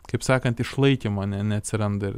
kaip sakant išlaikymo neatsiranda ir